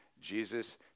Jesus